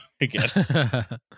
again